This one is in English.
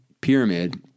pyramid